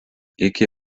iki